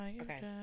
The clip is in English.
Okay